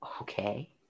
Okay